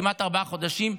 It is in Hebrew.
כמעט ארבעה חודשים,